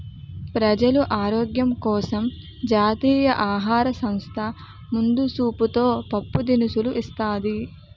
ప్రజలు ఆరోగ్యం కోసం జాతీయ ఆహార సంస్థ ముందు సూపుతో పప్పు దినుసులు ఇస్తాది